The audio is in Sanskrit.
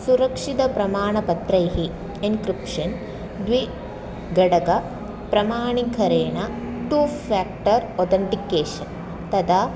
सुरक्षितप्रमाणपत्रैः एन्क्रिप्शन् द्वे घटकाः प्रमाणिकरेण टु फ़्याक्टर् ओथेन्टिकेशन् तदा